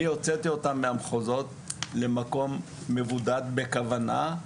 אני הוצאתי אותם מהמחוזות למקום מבודד בכוונה.